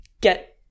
get